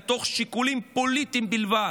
מתוך שיקולים פוליטיים בלבד,